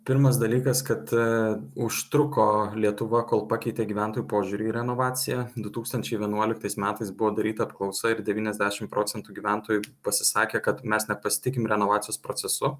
pirmas dalykas kad e užtruko lietuva kol pakeitė gyventojų požiūrį į renovaciją du tūkstančiai vienuoliktais metais buvo daryta apklausa ir devyniasdešimt procentų gyventojų pasisakė kad mes nepasitikim renovacijos procesu